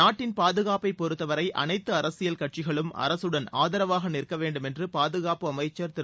நாட்டின் பாதுகாப்பை பொறுத்தவரை அனைத்து அரசியல் கட்சிகளும் அரசுடன் ஆதரவாக நிற்கவேண்டும் என்று பாதுகாப்பு அமைச்சர் திரு